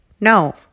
No